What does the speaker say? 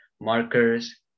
markers